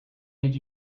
did